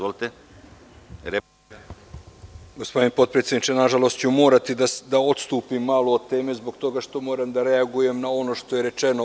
Gospodine potpredsedniče, nažalost ću morati da odstupim malo od tebe zbog toga što moram da reagujem na ono što je rečeno.